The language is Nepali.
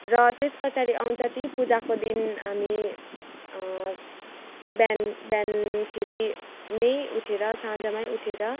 र त्यस पछाडि आउँछ ती पुजाको दिन हामी बिहान बिहानखेरि नै उठेर साँझमै उठेर